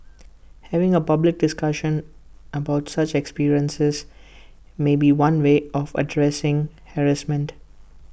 having A public discussion about such experiences may be one way of addressing harassment